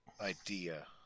Idea